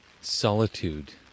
solitude